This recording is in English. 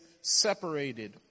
separated